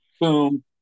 Boom